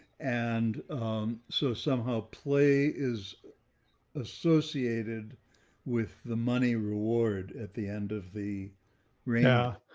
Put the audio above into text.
and so somehow play is associated with the money reward at the end of the yeah